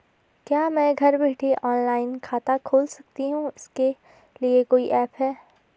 क्या मैं घर बैठे ऑनलाइन खाता खोल सकती हूँ इसके लिए कोई ऐप है?